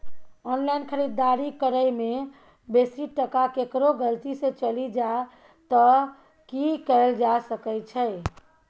Online खरीददारी करै में बेसी टका केकरो गलती से चलि जा त की कैल जा सकै छै?